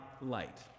light